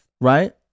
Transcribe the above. Right